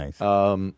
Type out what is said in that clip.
Nice